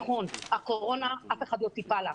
נכון, הקורונה אף אחד לא ציפה לה.